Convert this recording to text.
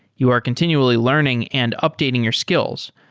you are continually learning and updating your skills,